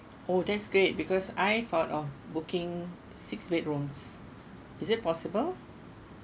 oh that's great because I thought of booking six bedrooms is it possible